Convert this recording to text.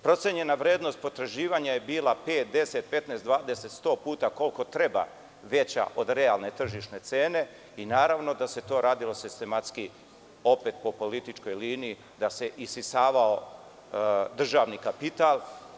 Procenjena vrednost potraživanja je bila pet, 10, 15, 20, 100 puta koliko treba veća od realne tržišne cene i naravno da se to radilo sistematski, opet po političkoj liniji, da se isisavao državni kapital.